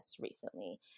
recently